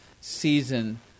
season